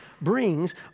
brings